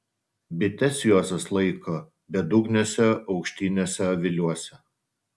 bites juozas laiko bedugniuose aukštiniuose aviliuose